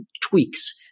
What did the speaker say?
tweaks